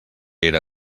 era